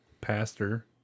Pastor